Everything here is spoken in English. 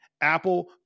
Apple